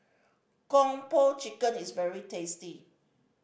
Kung Po Chicken is very tasty